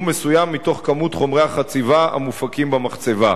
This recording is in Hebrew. מסוים מכמות חומרי החציבה המופקים במחצבה.